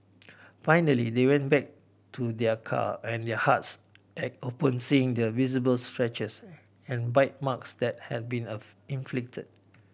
finally they went back to their car and their hearts ached upon seeing the visible scratches and bite marks that had been inflict